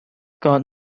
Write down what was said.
got